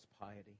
piety